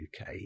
UK